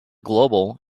global